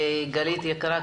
גלית יקרה,